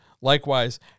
likewise